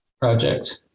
project